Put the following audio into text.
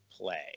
play